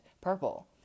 purple